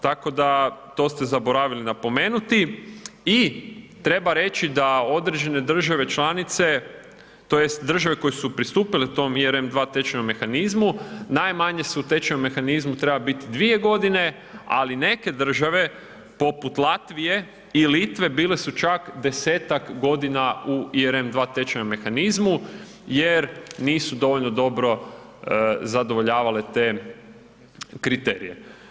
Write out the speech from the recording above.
Tako da to ste zaboravili napomenuti i treba reći da određene države članice tj. države koje su pristupile tom ERM II tečajnom mehanizmu, najmanje su u tečajnom mehanizmu treba biti 2 godine, ali neke države poput Latvije i Litve bile su čak 10-tak godina u ERM II tečajnom mehanizmu jer nisu dovoljno dobro zadovoljavale te kriterije.